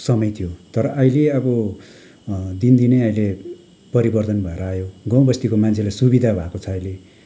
समय थियो तर अहिले अब दिन दिनै अहिले परिवर्तन भएर आयो गाउँ बस्तीको मान्छेलाई सुविधा भएको छ अहिले